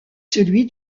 celui